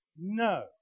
No